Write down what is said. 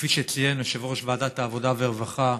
כפי שציין יושב-ראש ועדת העבודה והרווחה,